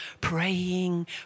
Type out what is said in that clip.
Praying